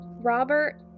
Robert